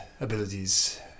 abilities